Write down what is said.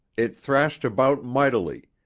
it thrashed about mightily,